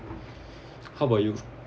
how about you